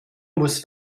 muss